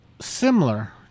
similar